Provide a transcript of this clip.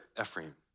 Ephraim